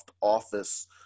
Office